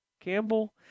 Campbell